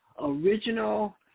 original